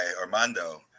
Armando